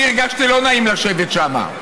אני הרגשתי לא נעים לשבת שם.